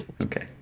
Okay